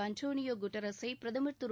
Antonio குட்டரஸை பிரதமர் திரு